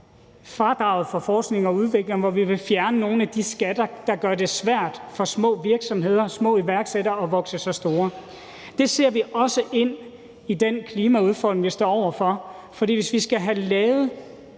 fradraget for forskning og udvikling, hvor vi vil fjerne nogle af de skatter, der gør det svært for små virksomheder, små iværksættere at vokse sig store. Det ser vi også ind i den klimaudfordring, vi står over for, for hvis vi skal have lavet